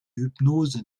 hypnose